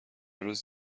روز